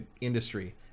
industry